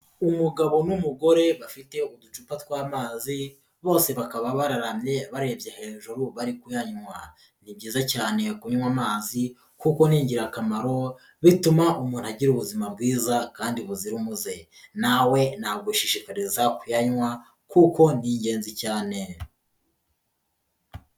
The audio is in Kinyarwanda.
Umugabo n'umugore bafite uducupa twa'amazi, bose bakaba baramye barebye hejuru bari kuyanywa, ni byiza cyane kunywa amazi kuko ni ingirakamaro, bituma umuntu agira ubuzima bwiza kandi buzira umuze, nawe nagushishikariza kuyanywa kuko ni ingenzi cyane.